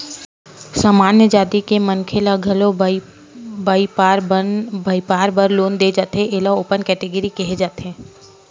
सामान्य जाति के मनखे ल घलो बइपार बर लोन दे जाथे एला ओपन केटेगरी केहे जाथे